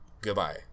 Goodbye